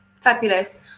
Fabulous